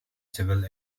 civil